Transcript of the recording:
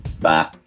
Bye